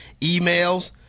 emails